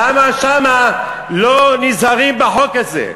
למה שמה לא נזהרים בחוק הזה?